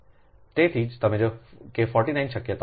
તેથી જેમ કે 49 શક્યતાઓ અહીં છે